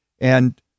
and-